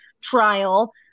trial